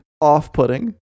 off-putting